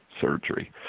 surgery